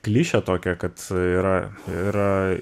klišę tokią kad yra yra